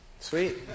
Sweet